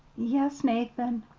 yes, nathan.